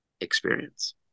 experience